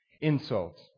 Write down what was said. insults